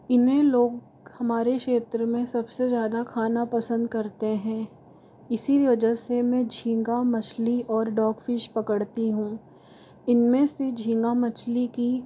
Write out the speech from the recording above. इन्हें लोग हमारे क्षेत्र में सबसे ज़्यादा खाना पसंद करते हैं इसी वजह से मैं झींगा मछली और डॉग फिश पकड़ती हूँ इनमें से झींगा मछली की